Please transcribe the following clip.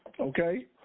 Okay